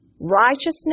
righteousness